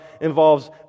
involves